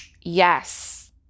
yes